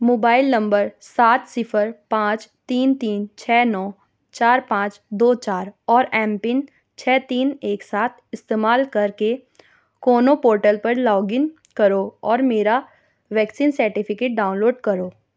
mobile number سات صفر پانچ تین تین چھ نو چار پانچ دو چار اور ایم پن چھ تین ایک سات استعمال کر کے کونو پورٹل پر لاگ ان کرو اور میرا ویکسین سرٹیفکیٹ ڈاؤن لوڈ کرو